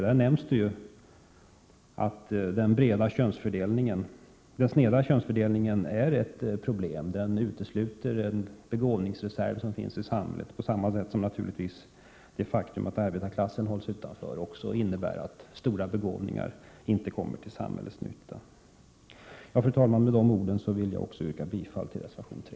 Där nämns ju att den sneda könsfördelningen är ett problem, eftersom den utesluter en begåvningsreserv som finns i samhället, på samma sätt som det faktum att arbetarklassen hålls utanför innebär att stora begåvningar inte kommer till samhällets nytta. Fru talman! Med de orden vill jag återigen yrka bifall till reservation 3.